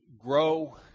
grow